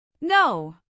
No